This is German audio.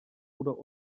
oder